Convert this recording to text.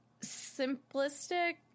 simplistic